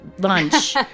lunch